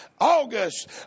August